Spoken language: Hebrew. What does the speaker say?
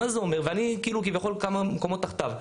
אני כביכול כמה מקומות תחתיו.